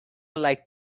like